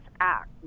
act